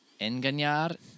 Engañar